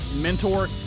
mentor